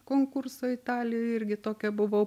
konkurso italijoj irgi tokia buvau